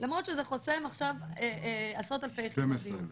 למרות שזה חוסם עכשיו עשרות אלפי יחידות דיור.